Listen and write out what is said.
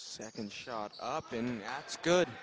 second shot up in that's good